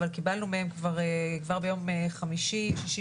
אבל קיבלנו מהם כבר ביום חמישי ושישי